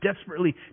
desperately